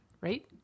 right